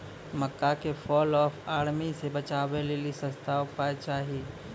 मक्का के fall of army से बचाबै लेली सस्ता उपाय चाहिए?